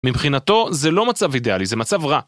מבחינתו זה לא מצב אידיאלי, זה מצב רע.